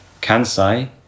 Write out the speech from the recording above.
Kansai